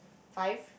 five